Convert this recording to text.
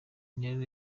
intero